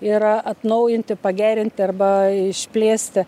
yra atnaujinti pagerinti arba išplėsti